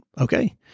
okay